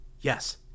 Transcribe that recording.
Yes